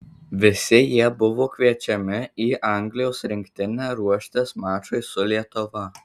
visi jie buvo kviečiami į anglijos rinktinę ruoštis mačui su lietuva